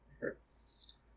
Hurts